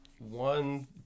one